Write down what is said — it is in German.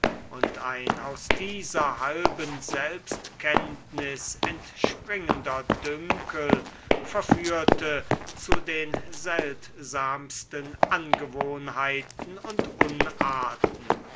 und ein aus dieser halben selbstkenntnis entspringender dünkel verführte zu den seltsamsten angewohnheiten und unarten